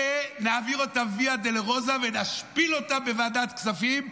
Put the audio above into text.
אלה נעביר אותה ויה דולורוזה ונשפיל אותם בוועדת הכספים,